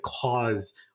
cause